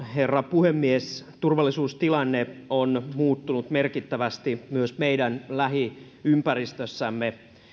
herra puhemies turvallisuustilanne on muuttunut merkittävästi myös meidän lähiympäristössämme